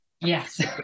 yes